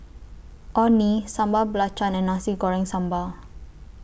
Orh Nee Sambal Belacan and Nasi Goreng Sambal